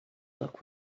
look